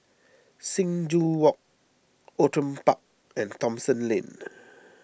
Sing Joo Walk Outram Park and Thomson Lane